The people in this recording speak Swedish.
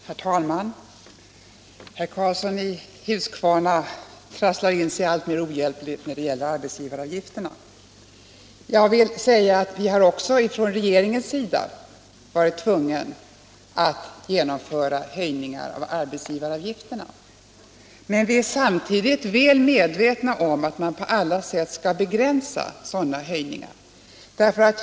Herr talman! Herr Karlsson i Huskvarna trasslar in sig alltmer ohjälpligt när det gäller arbetsgivaravgifterna. Jag medger att regeringen har varit tvungen att genomföra höjningar av arbetsgivaravgifterna, men vi är samtidigt väl medvetna om att man på alla sätt skall begränsa sådana höjningar.